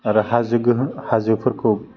आरो हाजो गोहो हाजोफोरखौ